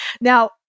Now